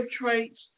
traits